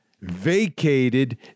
vacated